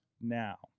now